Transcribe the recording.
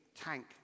tank